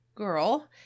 Girl